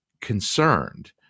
Concerned